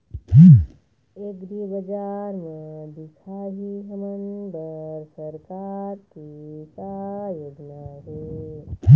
एग्रीबजार म दिखाही हमन बर सरकार के का योजना हे?